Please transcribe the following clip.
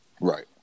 Right